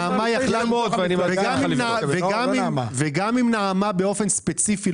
למה זה "מיום פרסומו של חוק זה" ולא מתחילת ינואר 2022 כמו בסעיף 1,